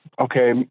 okay